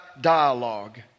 dialogue